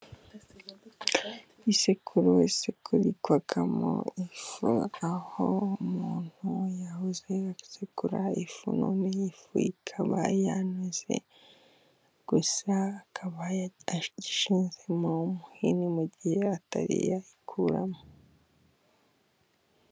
Isekuru isekurirwamo ifu, aho umuntu yahoze asekura ifu, noneho ikaba yanoze gusa akaba yashinzemo umuhini mu gihe atari yayikuramo.